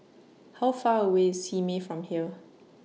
How Far away IS Simei from here